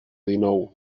dinou